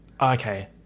okay